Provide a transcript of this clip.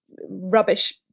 rubbish